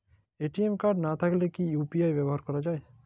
ATM card না থাকলে কি ইউ.পি.আই ব্যবহার করা য়ায়?